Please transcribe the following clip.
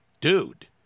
dude